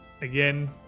again